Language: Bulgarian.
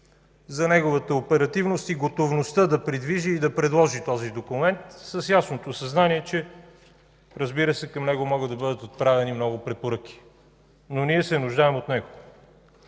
за неговата оперативност и готовността да придвижи и да предложи този документ с ясното съзнание, че към него ще бъдат отправени много препоръки. Но ние се нуждаем от него.